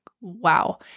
wow